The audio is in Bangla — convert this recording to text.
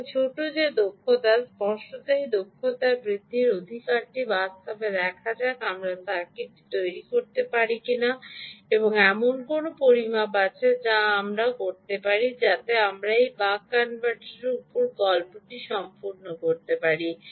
সুতরাং ছোট যে দক্ষতা স্পষ্টতই দক্ষতা বৃদ্ধির অধিকারটি বাস্তবে দেখা যাক আমরা সার্কিটটি তৈরি করতে পারি কিনা এবং এমন কোন পরিমাপ আছে যা আমরা করতে পারি যাতে আমরা এই বাক কনভার্টারের উপর গল্পটি সম্পূর্ণ করতে পারি